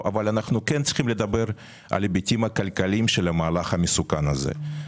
אבל אנחנו כן צריכים לדבר על ההיבטים הכלכליים של המהלך המסוכן הזה.